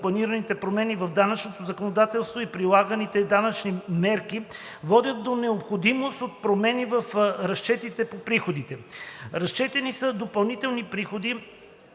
планираните промени в данъчното законодателство и прилаганите данъчни мерки водят до необходимост от промени в разчетите по приходите. Разчетени са допълнителни приходи